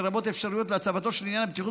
לרבות אפשרויות להצבתו של עניין הבטיחות